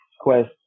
Quest